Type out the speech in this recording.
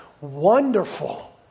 wonderful